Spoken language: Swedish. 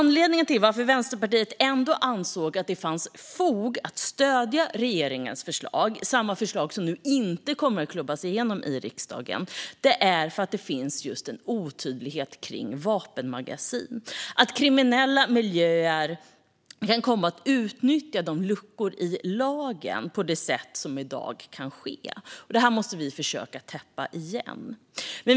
Anledningen till att Vänsterpartiet ändå ansåg att det fanns fog för att stödja regeringens förslag - samma förslag som nu inte kommer att klubbas igenom i riksdagen - är att det finns just en otydlighet kring vapenmagasin och att kriminella miljöer kan komma att utnyttja luckor i lagen på det sätt som i dag kan ske. Det här måste vi försöka täppa igen.